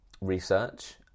research